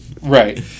right